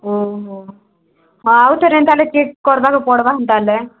ଓଃ ହ ଆଉଥରେ ଏନ୍ତା ଚେକ୍ କରିଦେବାକୁ ପଡ଼ବା ସେନ୍ତା ହେଲେ